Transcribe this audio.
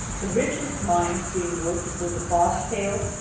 the richest mines being worked were the bobtail,